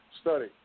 study